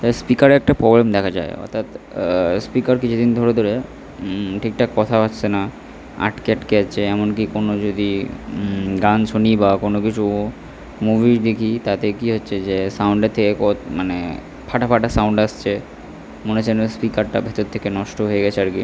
তার স্পিকারে একটা প্রবলেম দেখা যায় অর্থাৎ স্পিকার কিছু দিন ধরে ধরে ঠিকঠাক কথা হচ্ছে না আটকে আটকে যাচ্ছে এমন কী কোনো যদি গান শুনি বা কোনো কিছু মুভি দেখি তাতে কী হচ্ছে যে সাউন্ডের থেকে মানে ফাটা ফাটা সাউন্ড আসছে মনে হচ্ছে যেন স্পিকারটা ভেতর থেকে নষ্ট হয়ে গেছে আর কি